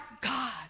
God